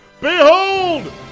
Behold